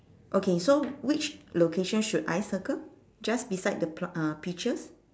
okay so which location should I circle just beside the pl~ uh peaches